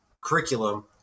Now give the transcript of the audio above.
curriculum